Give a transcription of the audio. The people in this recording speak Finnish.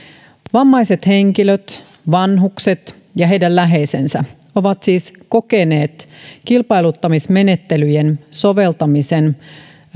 vammaiset henkilöt vanhukset ja heidän läheisensä ovat siis kokeneet kilpailuttamismenettelyjen soveltamisen